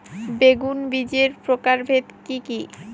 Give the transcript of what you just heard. বেগুন বীজের প্রকারভেদ কি কী?